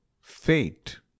Fate